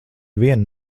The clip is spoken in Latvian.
vienu